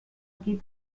aquí